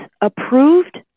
approved